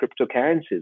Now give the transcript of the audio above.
cryptocurrencies